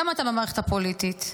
למה אתה במערכת הפוליטית?